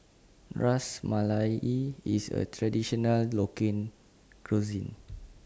Ras Malai IS A Traditional Cuisine